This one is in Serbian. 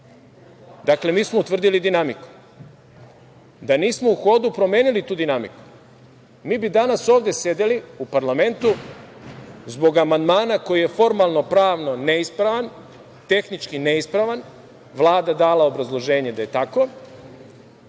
Dakle, mi smo utvrdili dinamiku. Da nismo u hodu promenili tu dinamiku, mi bi danas ovde sedeli u parlamentu zbog amandmana koji je formalno-pravno neispravan, tehnički neispravan, Vlada dala obrazloženje da je tako